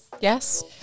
yes